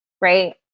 right